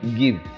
give